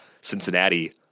Cincinnati